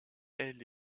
elle